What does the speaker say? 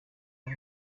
aho